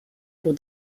pour